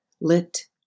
lit